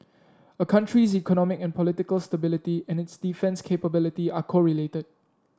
a country's economic and political stability and its defence capability are correlated